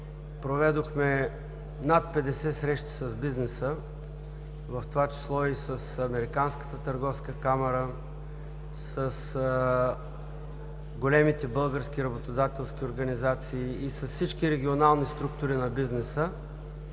проведохме над 50 срещи с бизнеса, в това число и с Американската търговска камара, с големите български работодателски организации и с всички регионални структури на бизнеса.